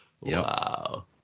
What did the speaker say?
wow